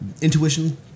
Intuition